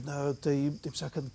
na tai taip sakant